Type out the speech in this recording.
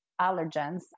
allergens